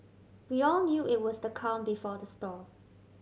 we all knew it was the calm before the storm